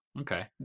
Okay